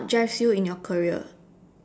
what drives you in your career